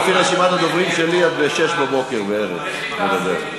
לפי רשימת הדוברים שלי את מדברת בערך ב-06:00.